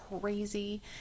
crazy